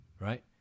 Right